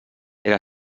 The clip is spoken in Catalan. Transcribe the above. era